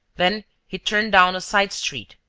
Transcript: then he turned down a side street,